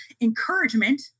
encouragement